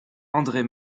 andrée